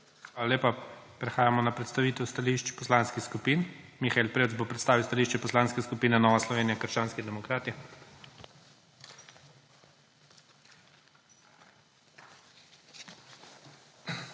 lepa. Prehajamo na predstavitev stališč poslanskih skupin. Mihael Prevc bo predstavil stališče Poslanske skupine Nova Slovenija – krščanski demokrati.